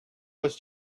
was